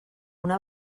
una